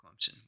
Clemson